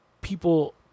People